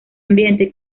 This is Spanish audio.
ambiente